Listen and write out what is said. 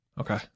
Okay